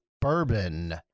Bourbon